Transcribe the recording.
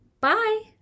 bye